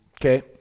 Okay